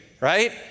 right